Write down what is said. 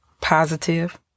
Positive